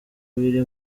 biri